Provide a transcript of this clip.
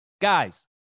Guys